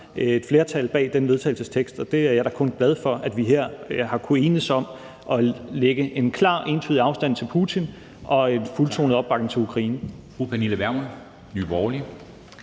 et flertal bag den vedtagelsestekst, og det er jeg da kun glad for at vi her har kunnet enes om, så vi lægger en klar, entydig afstand til Putin og giver en fuldtonet opbakning til Ukraine.